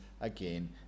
again